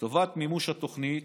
לטובת מימוש התוכנית